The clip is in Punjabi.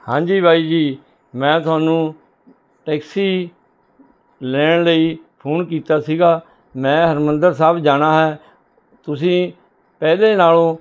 ਹਾਂਜੀ ਬਾਈ ਜੀ ਮੈਂ ਤੁਹਾਨੂੰ ਟੈਕਸੀ ਲੈਣ ਲਈ ਫੋਨ ਕੀਤਾ ਸੀਗਾ ਮੈਂ ਹਰਮਿੰਦਰ ਸਾਹਿਬ ਜਾਣਾ ਹੈ ਤੁਸੀਂ ਪਹਿਲੇ ਨਾਲੋਂ